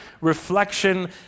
reflection